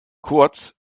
kurz